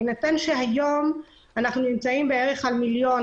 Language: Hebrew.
בהינתן שהיום אנחנו נמצאים בערך על מיליון